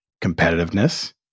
competitiveness